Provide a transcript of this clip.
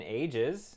ages